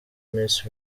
miss